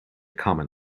common